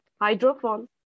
hydrophone